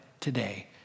today